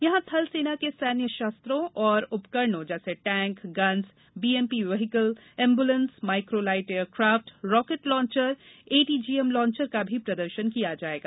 यहां थल सेना के सैन्य शस्त्रों और उपकरणों tank guns BMP vehicle ambulance micro light aircraft rocket launcher ATGM launcher का भी प्रदर्शन किया जाएगा